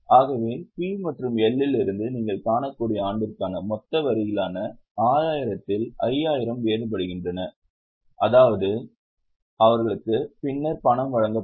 ஆகவே P மற்றும் L இலிருந்து நீங்கள் காணக்கூடிய ஆண்டிற்கான மொத்த வரிகளான 6000 இல் 5000 வேறுபடுகின்றன அதாவது அவர்களுக்கு பின்னர் பணம் வழங்கப்படும்